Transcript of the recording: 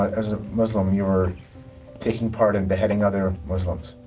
as a muslim, you were taking part in beheading other muslims?